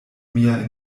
mia